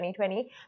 2020